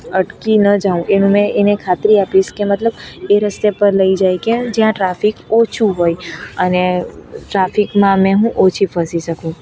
અટકી ન જાઉં એનું મેં એને ખાતરી આપીશ કે મતલબ એ રસ્તે પર લઈ જાય કે જ્યાં ટ્રાફિક ઓછું હોય અને ટ્રાફિકમાં મેં હું ઓછી ફસી શકું